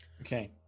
Okay